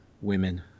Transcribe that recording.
Women